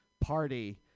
party